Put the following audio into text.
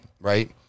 right